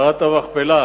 מערת המכפלה,